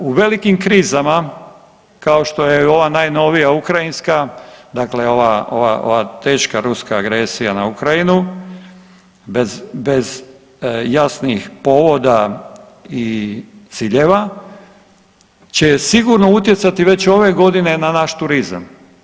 U velikim krizama kao što je i ova najnovija ukrajinska, dakle ova, ova teška ruska agresija na Ukrajinu bez, bez jasnih povoda i ciljeva će sigurno utjecati već ove godine na naš turizam.